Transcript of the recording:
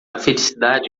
felicidade